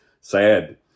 Sad